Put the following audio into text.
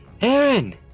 Aaron